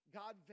god